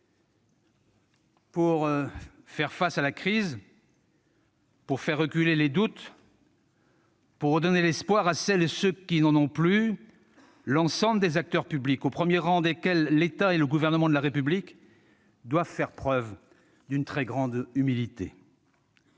Pour faire face à la crise, pour faire reculer les doutes, pour redonner l'espoir à celles et ceux qui n'en ont plus, l'ensemble des acteurs publics, au premier rang desquels l'État et le gouvernement de la République, doivent faire preuve d'une très grande humilité.